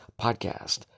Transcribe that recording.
Podcast